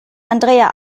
andrea